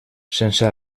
sense